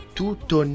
tutto